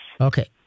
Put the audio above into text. Okay